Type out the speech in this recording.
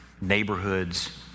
neighborhoods